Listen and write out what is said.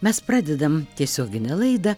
mes pradedam tiesioginę laidą